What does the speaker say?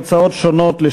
הוצאות שונות,